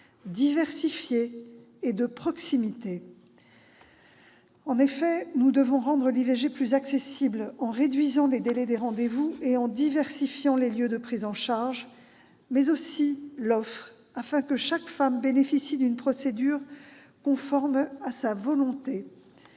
diversifiée et de proximité. En effet, nous devons rendre l'IVG plus accessible, en réduisant les délais des rendez-vous et en diversifiant les lieux de prise en charge, mais aussi l'offre, afin que chaque femme bénéficie d'une procédure conforme à sa volonté.